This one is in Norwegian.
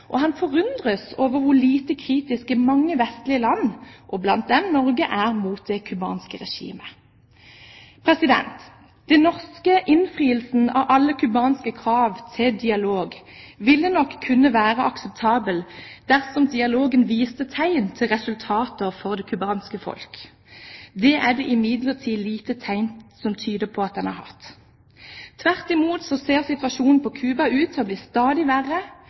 og han forundres over hvor lite kritiske mange vestlige land og blant dem Norge er mot det cubanske regimet. Den norske innfrielsen av alle cubanske krav til dialog ville nok kunne være akseptabel dersom dialogen viste tegn til resultater for det cubanske folk. Det er det imidlertid lite som tyder på. Tvert imot ser situasjonen på Cuba ut til å bli stadig verre,